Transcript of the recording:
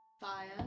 Fire